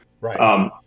Right